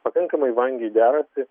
pakankamai vangiai derasi